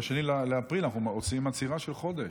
ב-2 באפריל אנחנו עושים עצירה של חודש.